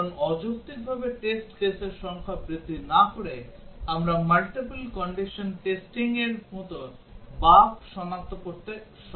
কারণ অযৌক্তিকভাবে টেস্ট কেসের সংখ্যা বৃদ্ধি না করে আমরা মাল্টিপল কন্ডিশন টেস্টিং এর মত বাগ সনাক্ত করতে প্রায় সক্ষম